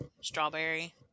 strawberry